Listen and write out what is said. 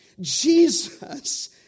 Jesus